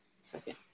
second